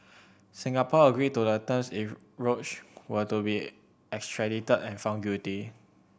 Singapore agreed to the terms if Roach were to be extradited and found guilty